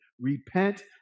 Repent